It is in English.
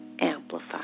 amplify